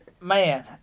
Man